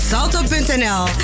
Zalto.nl